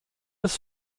des